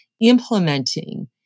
implementing